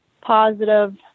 positive